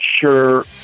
sure